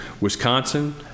Wisconsin